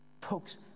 Folks